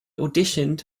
auditioned